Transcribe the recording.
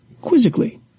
quizzically